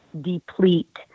deplete